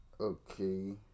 Okay